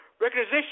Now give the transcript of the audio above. recognition